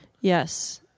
Yes